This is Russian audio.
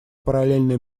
параллельное